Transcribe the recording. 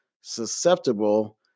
susceptible